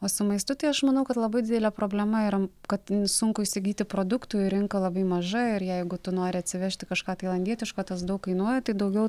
o su maistu tai aš manau kad labai didelė problema yra kad sunku įsigyti produktų ir rinka labai maža ir jeigu tu nori atsivežti kažką tailandietiško tas daug kainuoja tai daugiau